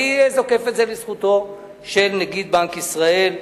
אני זוקף את זה לזכותו של נגיד בנק ישראל.